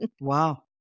Wow